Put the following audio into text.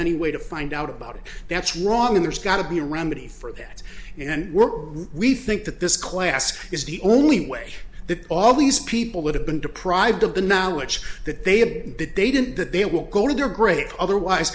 any way to find out about it that's wrong and there's got to be a remedy for that and we're we think that this class is the only way that all these people would have been deprived of the knowledge that they have that they didn't that they will go to their great otherwise